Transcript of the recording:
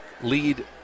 lead